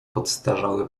podstarzały